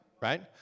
Right